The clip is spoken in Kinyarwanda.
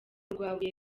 rwabuye